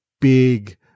big